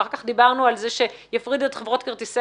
ואחר כך דיברנו על כך שיפרידו את חברות כרטיסי